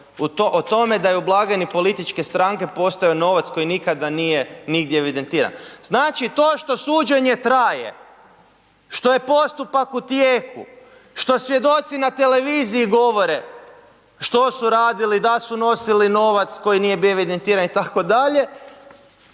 o tome da je u blagajni političke stranke postojao novac koji nikada nije nigdje evidentiran. Znači, to što suđenje traje, što je postupak u tijeku, što svjedoci na televiziji govore što su radili da su nosili novac koji nije bio evidentiran itd.,